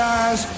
eyes